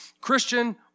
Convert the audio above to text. Christian